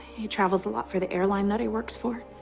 he travels a lot for the airline that he works for.